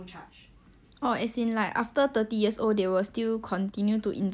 so like the whole period of time you cannot withdraw out the money is it